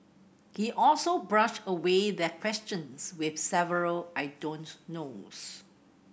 he also brushed away their questions with several I don't knows